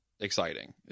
exciting